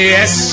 Yes